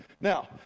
Now